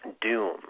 Doom